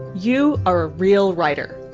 you are a real writer.